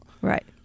right